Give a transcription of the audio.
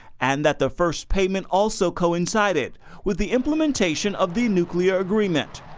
and that the first payment also coincided with the implementation of the nuclear agreement.